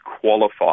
qualify